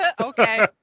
Okay